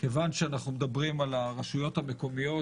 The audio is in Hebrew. מכיוון שאנחנו מדברים על הרשויות המקומיות,